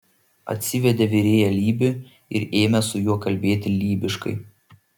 atsivedė virėją lybį ir ėmė su juo kalbėti lybiškai